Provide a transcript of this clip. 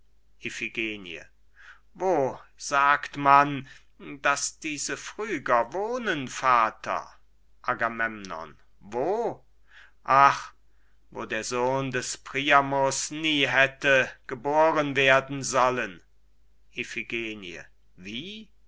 wo sagt man daß diese phryger wohnen vater agamemnon wo ach wo der sohn des priamus nie hätte geboren werden sollen iphigenie wie